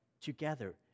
together